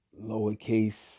lowercase